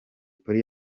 polly